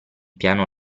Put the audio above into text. piano